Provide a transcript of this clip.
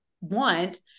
want